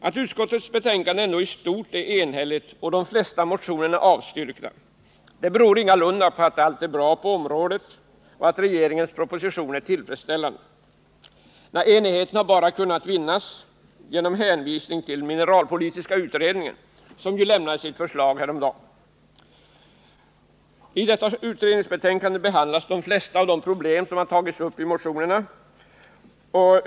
Att utskottets betänkande ändå i stort är enhälligt och de flesta motionerna avstyrkta beror ingalunda på att allt är bra på området och att regeringens proposition är tillfredsställande. Nej, enigheten har bara kunnat vinnas genom hänvisningar till mineralpolitiska utredningen, som lade fram sitt förslag häromdagen. I dess utredningsarbete behandlas de flesta av de problem som tas upp i motionerna.